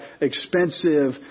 expensive